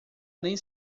nem